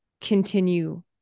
continue